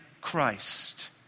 Christ